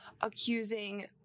accusing